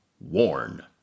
WARN